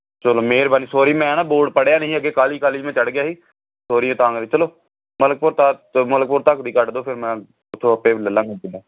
ਚਲੋ ਮਿਹਰਬਾਨੀ ਸੋਰੀ ਮੈਂ ਨਾ ਬੋਰਡ ਪੜ੍ਹਿਆ ਨਹੀਂ ਸੀ ਅੱਗੇ ਕਾਹਲੀ ਕਾਹਲੀ 'ਚ ਮੈਂ ਚੜ ਗਿਆ ਸੀ ਸੋਰੀ ਤਾਂ ਕਰਕੇ ਚਲੋ ਮਲਕਪੁਰ ਤਾਰ ਚਲੋ ਮਲਕਪੁਰ ਤੱਕ ਦੀ ਕੱਟ ਦਿਓ ਫਿਰ ਮੈਂ ਓਥੋਂ ਆਪੇ ਲੈ ਲਵਾਂਗਾ ਜਿੱਦਾਂ